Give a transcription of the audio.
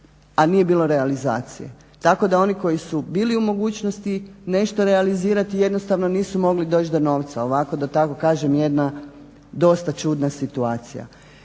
a nije bilo realizacije. Tako da oni koji su bili u mogućnosti nešto realizirati jednostavno nisu mogli doći do novca, ovako da tako kažem jedna dosta čudna situacija.